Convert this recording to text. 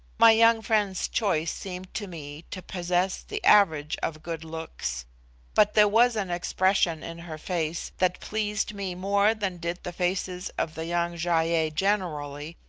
my young friend's choice seemed to me to possess the average of good looks but there was an expression in her face that pleased me more than did the faces of the young gy-ei generally,